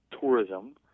tourism